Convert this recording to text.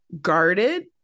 guarded